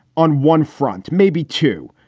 on one front, maybe two,